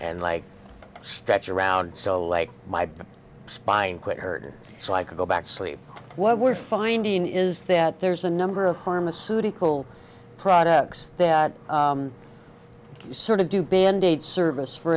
and like stretch around so like my spine quit hurt so i could go back to sleep what we're finding is that there's a number of pharmaceutical products that sort of do band aid service for